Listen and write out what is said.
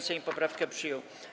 Sejm poprawkę przyjął.